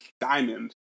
Diamond